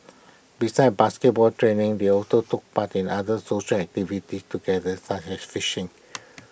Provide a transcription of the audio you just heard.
besides basketball training they also took part in other social activities together such as fishing